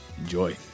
enjoy